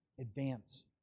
advance